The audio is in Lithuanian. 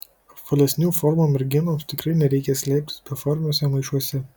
apvalesnių formų merginoms tikrai nereikia slėptis beformiuose maišuose